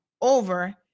over